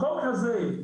החומר הזה,